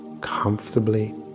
comfortably